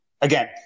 again